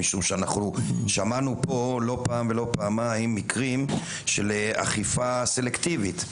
משום שאנחנו שמענו פה לא פעם ולא פעמיים מקרים של אכיפה סלקטיבית,